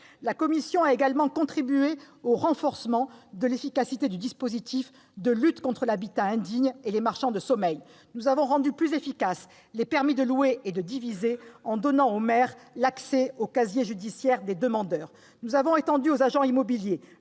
La commission a également contribué au renforcement de l'efficacité du dispositif de lutte contre l'habitat indigne et les marchands de sommeil. Nous avons rendu plus efficaces les permis de louer et de diviser en donnant au maire l'accès au casier judiciaire des demandeurs. Nous avons étendu aux agents immobiliers